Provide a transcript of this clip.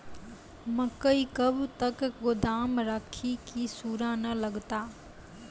मकई कब तक गोदाम राखि की सूड़ा न लगता?